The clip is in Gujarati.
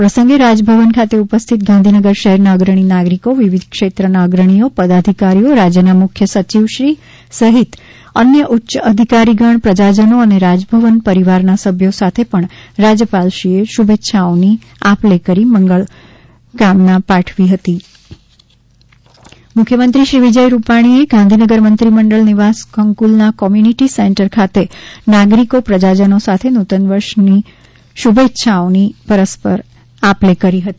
આ પ્રસંગે રાજભવન ખાતે ઉપસ્થિત ગાંધીનગર શહેરના અગ્રણી નાગરિકો વિવિધ ક્ષેત્રનાં અગ્રણીઓ પદાધિકારીઓ રાજ્યના મુખ્ય સચિવશ્રી સહિત અન્ય ઉચ્ય અધિકારીગણ પ્રજાજનો અને રાજભવન પરિવારના સભ્યો સાથે પણ રાજ્યપાલશ્રીએ શુભેચ્છાઓની આપ લે કરી મંગલકામના પાઠવી હતી મુખ્યમંત્રી ગાંધીનગર મુખ્યમંત્રી શ્રી વિજયભાઈ રૂપાણીએ ગાંધીનગર મંત્રી મંડળ નિવાસ સંકુલના કોમ્યુનિટી સેન્ટર ખાતે નાગરિકો પ્રજાજનો સાથે નૂતનવર્ષ શુભેચ્છાઓની પરસ્પર આપ લે કરી હતી